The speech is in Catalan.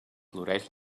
floreix